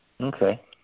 Okay